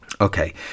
okay